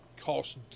cost